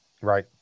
Right